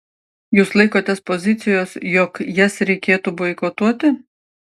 jūs laikotės pozicijos jog jas reikėtų boikotuoti